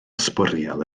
sbwriel